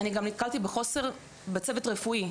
אני גם נתקלתי בחוסר של צוות רפואי.